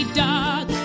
dark